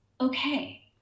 Okay